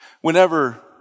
Whenever